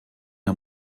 der